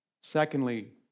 Secondly